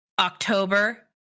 October